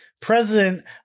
president